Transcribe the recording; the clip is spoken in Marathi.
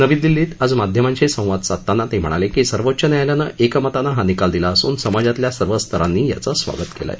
नवी दिल्लीत आज माध्यमांशी संवाद साधताना ते म्हणाले की सर्वोच्च न्यायालयानं एकमतानं हा निकाल दिला असून समाजातल्या सर्व स्तरांनी यांच स्वागत केलं आहे